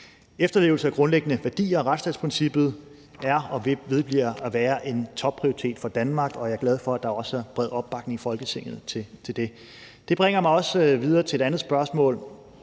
Efterlevelsen af de grundlæggende værdier og retsstatsprincippet er og vedbliver at være en topprioritet for Danmark, og jeg er glad for, at der også er bred opbakning til det i Folketinget. Det bringer mig videre til et andet spørgsmål,